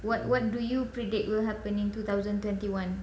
what what do you predict will happen in two thousand twenty one